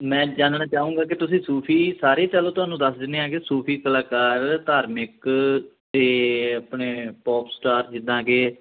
ਮੈਂ ਜਾਨਣਾ ਚਾਹੂੰਗਾ ਕਿ ਤੁਸੀਂ ਸੂਫ਼ੀ ਸਾਰੇ ਚਲੋ ਤੁਹਾਨੂੰ ਦੱਸ ਦਿੰਨੇ ਹੈਗੇ ਸੂਫ਼ੀ ਕਲਾਕਾਰ ਧਾਰਮਿਕ ਅਤੇ ਆਪਣੇ ਪੋਪਸਟਾਰ ਜਿੱਦਾਂ ਕਿ